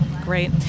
Great